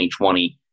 2020